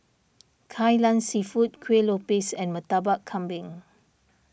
Kai Lan Seafood Kuih Lopes and Murtabak Kambing